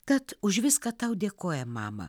tad už viską tau dėkojam mama